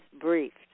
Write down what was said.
briefed